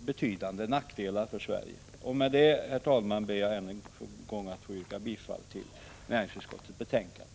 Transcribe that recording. betydande nackdelar för Sverige. Med detta, herr talman, ber jag än en gång att få yrka bifall till näringsutskottets hemställan.